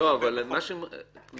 הוא יכול לטעון ל --- במסגרת הגנה מן הצדק.